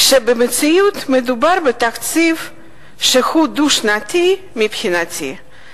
כשבמציאות מדובר בתקציב שהוא דו-שנתי, מבחינתי,